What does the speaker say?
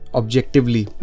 objectively